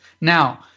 Now